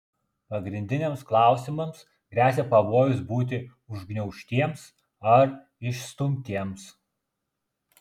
pagrindiniams klausimams gresia pavojus būti užgniaužtiems ar išstumtiems